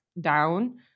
down